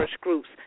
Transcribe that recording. Groups